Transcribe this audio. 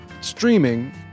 streaming